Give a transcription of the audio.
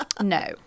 no